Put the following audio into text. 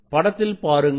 படத்தில் பாருங்கள்